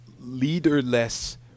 leaderless